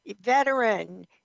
veteran